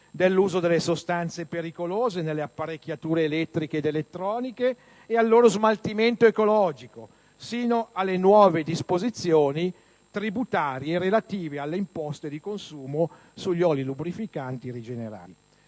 dell'uso delle sostanze pericolose nelle apparecchiature elettriche ed elettroniche al loro smaltimento ecologico, sino alle nuove disposizioni tributarie relative alle imposte di consumo sugli oli lubrificanti rigenerati.